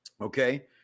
Okay